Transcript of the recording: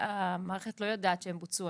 המערכת לא יודעת שהם בוצעו.